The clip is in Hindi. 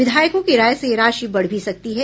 विधायकों की राय से यह राशि बढ़ भी सकती है